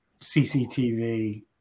cctv